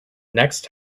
next